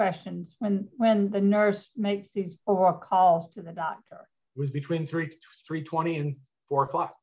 questions when when the nurse makes these or call to the doctor was between three to three twenty four o'clock